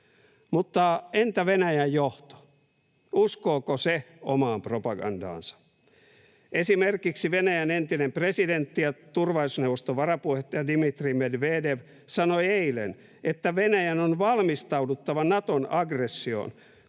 Mutta entä Venäjän johto, uskooko se omaan propagandaansa? Esimerkiksi Venäjän entinen presidentti ja turvallisuusneuvoston varapuheenjohtaja Dmitri Medvedev sanoi eilen, että Venäjän on valmistauduttava Naton aggressioon,